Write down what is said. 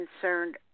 concerned